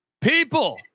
People